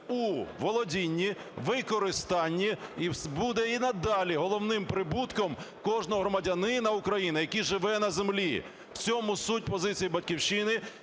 у володінні, використанні і буде і надалі головним прибутком кожного громадянина України, який живе на землі. В цьому суть позиції "Батьківщини".